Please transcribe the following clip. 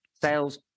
Sales